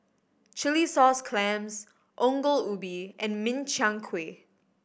chilli sauce clams Ongol Ubi and Min Chiang Kueh